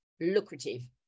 lucrative